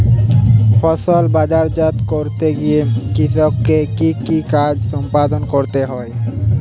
ফসল বাজারজাত করতে গিয়ে কৃষককে কি কি কাজ সম্পাদন করতে হয়?